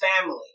family